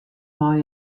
mei